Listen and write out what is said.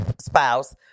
spouse